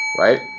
right